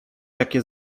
jakie